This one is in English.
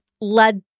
led